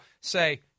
say